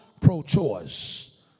pro-choice